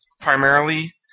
primarily